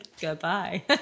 goodbye